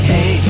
Hey